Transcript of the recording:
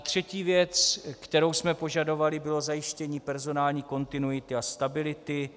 Třetí věc, kterou jsme požadovali, bylo zajištění personální kontinuity a stability.